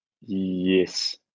Yes